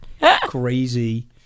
crazy